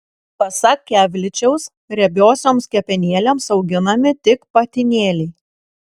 pasak kevličiaus riebiosioms kepenėlėms auginami tik patinėliai